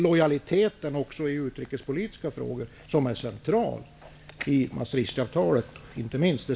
Lojaliteten också i utrikespolitiska frågor är central i Maastrichtavtalet.